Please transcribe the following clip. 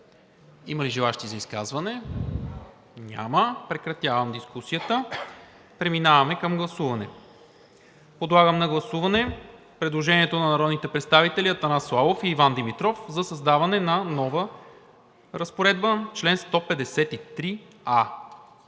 Има ли желаещи за изказвания? Няма. Прекратявам дискусията. Преминаваме към гласуване на предложението на народните представители Атанас Славов и Иван Димитров за създаване на нова разпоредба чл. 153а.